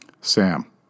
Sam